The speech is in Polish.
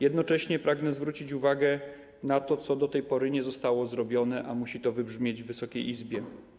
Jednocześnie pragnę zwrócić uwagę na to, co do tej pory nie zostało zrobione, a co musi wybrzmieć w Wysokiej Izbie.